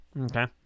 okay